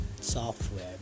software